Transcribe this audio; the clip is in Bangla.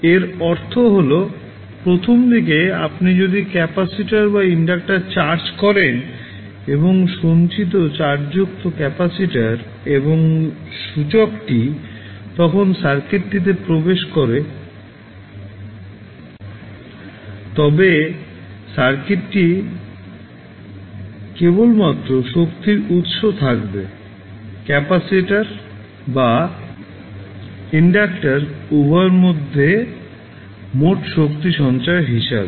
এর অর্থ হল প্রথমদিকে আপনি যদি ক্যাপাসিটর বা ইন্ডাক্টর চার্জ করেন আর সঞ্চিত চার্জযুক্ত ক্যাপাসিটর এবং ইন্ডাক্টরটি তখন সার্কিটটিতে প্রবেশ করে তবে সার্কিটটির কেবলমাত্র শক্তির উৎস থাকবে ক্যাপাসিটর বা ইন্ডাক্টর উভয় মধ্যে মোট শক্তি সঞ্চয় হিসাবে